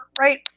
right